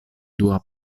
dua